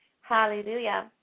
Hallelujah